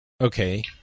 Okay